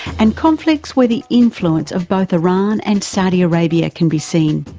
and conflicts where the influence of both iran and saudi arabia can be seen.